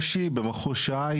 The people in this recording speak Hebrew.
חמישה חודשים,